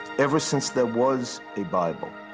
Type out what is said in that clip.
ever since there was a bible,